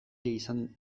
izan